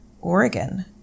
Oregon